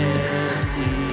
empty